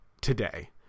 today